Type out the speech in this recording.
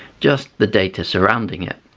just the data surrounding it.